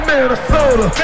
Minnesota